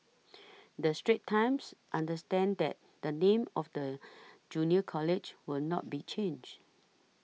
the Straits Times understands that the name of the Junior College will not be changed